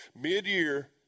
mid-year